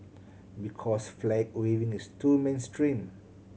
because flag waving is too mainstream